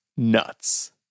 nuts